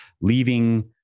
leaving